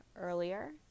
earlier